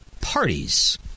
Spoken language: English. parties